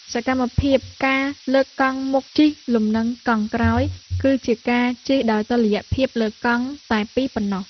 សកម្មភាព ការលើកកង់មុខជិះលំនឹងកង់ក្រោយ គឺជាការជិះដោយតុល្យភាពលើកង់តែពីរប៉ុណ្ណោះ។